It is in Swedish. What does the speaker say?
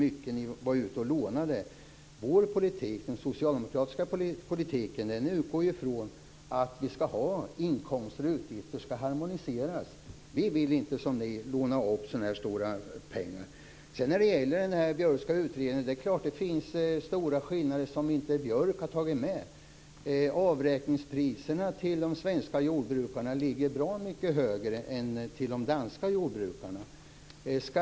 Den socialdemokratiska politiken utgår från att utgifter och inkomster skall harmoniseras. Vi vill inte som ni låna upp stora pengar. Det är klart att det finns stora skillnader som Björk inte har tagit med i sin utredning. De svenska jordbrukarnas avräkningspriser ligger bra mycket högre än de danska jordbrukarnas.